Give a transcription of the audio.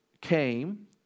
came